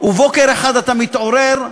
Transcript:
ובוקר אחד אתה מתעורר,